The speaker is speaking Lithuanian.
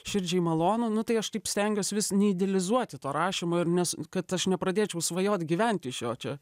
širdžiai malonu nu tai aš taip stengiuos vis neidealizuoti to rašymo ir nes kad aš nepradėčiau svajot gyventi iš jo čia